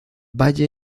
valle